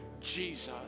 Jesus